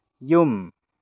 ꯌꯨꯝ